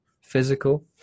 physical